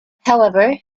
however